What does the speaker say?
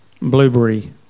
blueberry